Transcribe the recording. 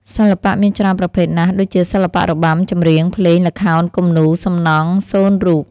សិល្បៈមានច្រើនប្រភេទណាស់ដូចជា សិល្បៈរបាំ ចម្រៀង ភ្លេង ល្ខោន គំនូរ សំណង់ សូនរូប។